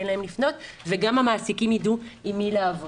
להם לפנות וגם המעסיקים ידעו עם מי לעבוד.